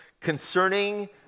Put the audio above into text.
concerning